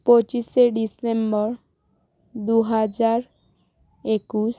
পঁচিশে ডিসেম্বর দু হাজার একুশ